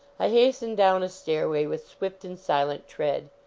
i has ten down a stairway with swift and silent tread.